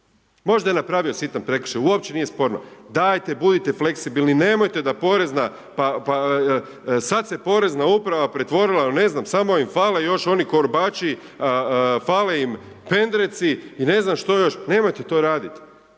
Možda je napravio sitan prekršaj, uopće nije sporno, dajte budite fleksibilni, nemojte da porezna, pa sad se porezna uprava pretvorila, ne znam samo im fale još oni korbači, fale im pendreci i ne znam što još, nemojte to radit.